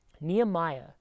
Nehemiah